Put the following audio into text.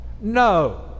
No